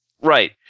Right